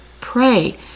pray